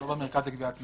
ולא במרכז לגביית קנסות.